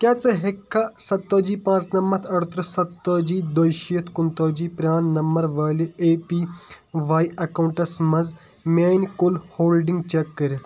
کیٛاہ ژٕ ہیٛکھا سَتٲجی پانٛژھ نمَتھ ارتٕرٟہ سَتٲجی دۄیہِ شیٖتھ کُنہٟ تٲجی پران نمبر وٲلہِ اے پی واے اکاؤنٛٹس مَنٛز میٛانہِ کُل ہولڈِنٛگ چیٚک کٔرِتھ ؟